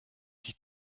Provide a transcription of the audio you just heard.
die